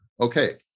Okay